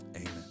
amen